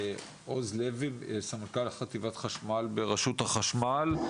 נעבור לעוז לוי סמנכ"ל חטיבת חשמל ברשות החשמל,